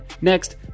next